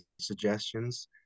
suggestions